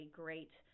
great